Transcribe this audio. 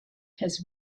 has